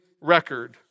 record